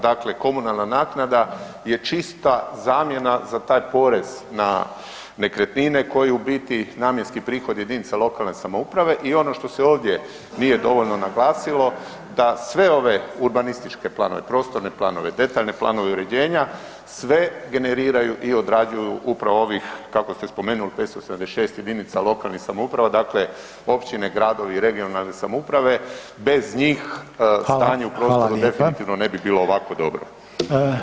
Dakle, komunalna naknada je čista zamjena za taj porez na nekretnine koji u biti namjenski prihodi jedinica lokalne samouprave i ono što se ovdje nije dovoljno naglasilo, da sve ove urbanističke planove, prostorne planove, detaljne planove uređenja sve generiraju i odrađuju upravo ovi kako ste spomenuli 576 jedinica lokalnih samouprava, dakle općine, gradovi, regionalne samouprave, bez njih stanje u prostoru definitivno ne bi bilo ovako dobro.